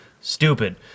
Stupid